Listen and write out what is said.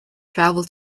travel